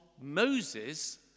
Moses